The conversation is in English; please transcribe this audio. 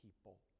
people